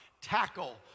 tackle